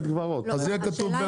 זה יהיה כתוב.